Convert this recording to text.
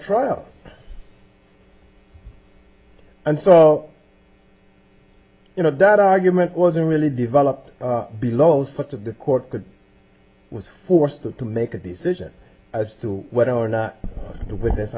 trial and so you know that argument wasn't really developed below sort of the court could was forced to make a decision as to whether or not the wit